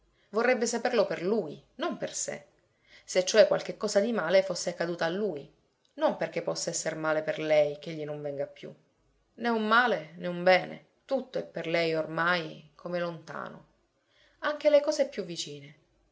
vorrebbe saperlo per lui non per sé se cioè qualche cosa di male fosse accaduta a lui non perché possa esser male per lei ch'egli non venga più né un male né un bene tutto è per lei ormai come lontano anche le cose più vicine